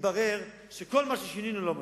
מתברר שכל מה ששינינו לא מספיק.